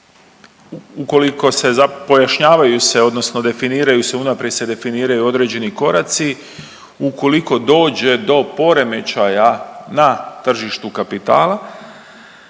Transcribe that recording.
ukoliko pojašnjavaju se odnosno definiraju se unaprijed se definiraju određeni koraci, ukoliko dođe do poremećaja na tržištu kapitala.